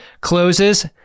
closes